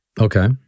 Okay